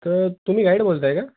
तर तुम्ही गाईड बोलत आहे का